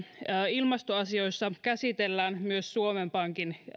ilmastoasioissa käsitellään myös suomen pankin